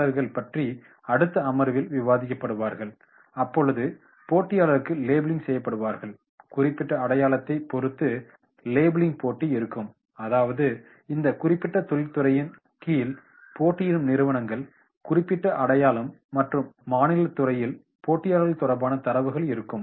போட்டியாளர்கள் பற்றி அடுத்த அமர்வில் விவாதிக்கப்படுவார்கள் அப்பொழுது போட்டியாளர்களுக்கு லேபிளிங் செய்யப்படுவார்கள் குறிப்பிட்ட அடையாளத்தைப் பொறுத்து லேபிளிங் போட்டி இருக்கும் அதாவது இந்த குறிப்பிட்ட தொழிற்துறையின் கீழ் போட்டியிடும் நிறுவனங்கள் குறிப்பிட்ட அடையாளம் மற்றும் மாநிலத் துறையில் போட்டியாளர்கள் தொடர்பான தரவுகள் இருக்கும்